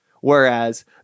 Whereas